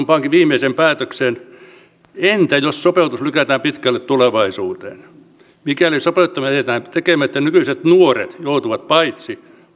pankin viimeiseen päätökseen entä jos sopeutus lykätään pitkälle tulevaisuuteen mikäli sopeuttaminen jätetään tekemättä nykyiset nuoret joutuvat paitsi